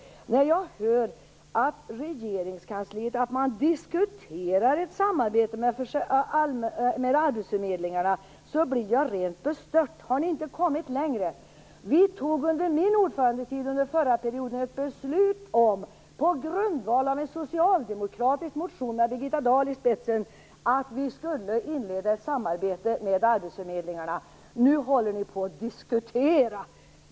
När jag hör att man i regeringskansliet diskuterar ett samarbete med arbetsförmedlingarna blir jag rent bestört. Har ni inte kommit längre? Under min ordförandetid under den förra mandatperioden fattade vi, på grundval av en socialdemokratisk motion med Birgitta Dahl i spetsen, ett beslut om att vi skulle inleda ett samarbete med arbetsförmedlingarna. Nu håller ni på och diskuterar!